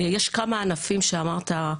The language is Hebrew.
ויש כמה ענפים שאמרת,